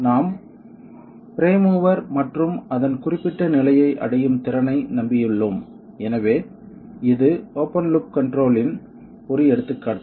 நாம் prime mover மற்றும் அதன் குறிப்பிட்ட நிலையை அடையும் திறனை நம்பியுள்ளோம் எனவே இது ஓப்பன் லூப் கன்ட்ரோல் இன் ஒரு எடுத்துக்காட்டு